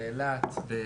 באילת,